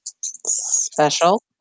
Special